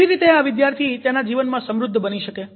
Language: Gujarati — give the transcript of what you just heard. કેવી રીતે આ વિદ્યાર્થી તેના જીવનમાં સમૃદ્ધ બની શકે